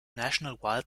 national